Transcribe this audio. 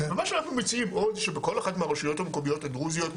מה שאנחנו מציעים שבכל אחת מהרשויות המקומיות הדרוזיות,